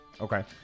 Okay